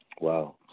Wow